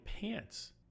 pants